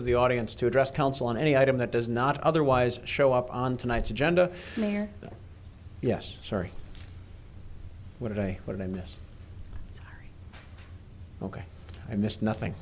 of the audience to address council on any item that does not otherwise show up on tonight's agenda there yes sorry what a day what i miss ok i missed nothing